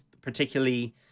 particularly